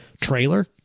trailer